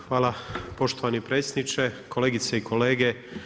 Hvala poštovani predsjedniče, kolegice i kolege.